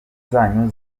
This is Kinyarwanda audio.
zanyu